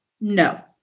No